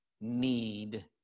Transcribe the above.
need